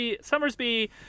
Summersby